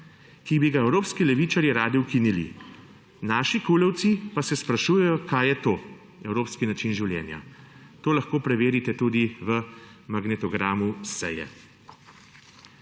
ki bi ga evropski levičarji radi ukinili, naši KUL-ovci pa se sprašujejo, kaj je to evropski način življenja. To lahko preverite tudi v magnetogramu seje.